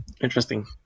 interesting